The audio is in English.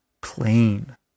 plain